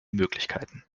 möglichkeiten